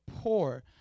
poor